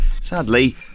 Sadly